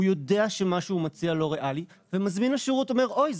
הוא יודע שמה שהוא מציע לא ריאלי ומזמין השירות אומר אוי,